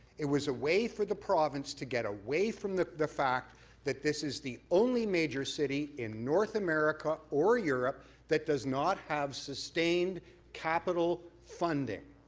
it was a way for the province to get away from the the fact that this is the only major city in north america or europe that does not have sustained capital funding.